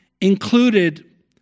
included